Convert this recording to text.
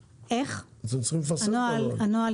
אתם צריכים לפרסם את הנוהל.